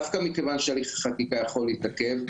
דווקא מכיוון שהליך החקיקה יכול להתעכב,